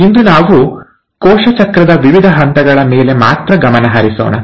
ಇಂದು ನಾವು ಕೋಶ ಚಕ್ರದ ವಿವಿಧ ಹಂತಗಳ ಮೇಲೆ ಮಾತ್ರ ಗಮನ ಹರಿಸೋಣ